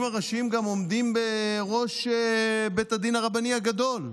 הראשיים גם עומדים בראש בית הדין הרבני הגדול.